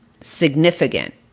significant